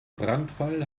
brandfall